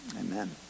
Amen